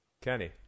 Kenny